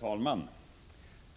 Herr talman!